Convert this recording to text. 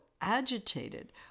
agitated